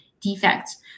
Defects